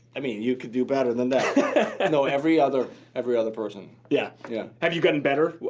i mean, you can do better than than you know every other every other person. yeah, yeah have you gotten better?